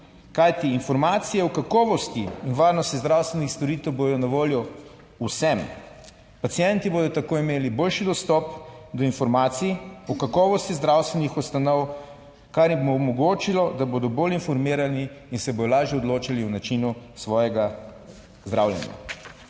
Kajti, informacije o kakovosti in varnosti zdravstvenih storitev bodo na voljo vsem. Pacienti bodo tako imeli boljši dostop do informacij o kakovosti zdravstvenih ustanov. Kar jim bo omogočilo, da bodo bolj informirani in se bodo lažje odločali o načinu svojega zdravljenja.